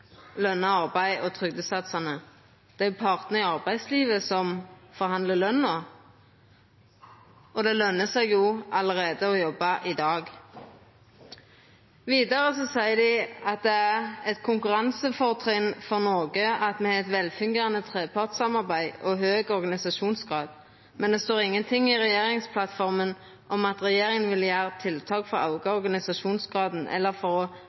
løna arbeid og trygdesatsane? Det er jo partane i arbeidslivet som forhandlar løna, og det lønar seg jo allereie i dag å jobba. Vidare seier dei at det er eit konkurransefortrinn for Noreg at me har eit velfungerande trepartssamarbeid og høg organisasjonsgrad, men det står ingenting i regjeringsplattforma om at regjeringa vil gjera tiltak for å auka organisasjonsgraden eller for å